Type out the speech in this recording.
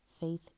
faith